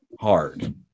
hard